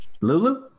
Lulu